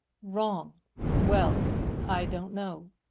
wrong well i don't know,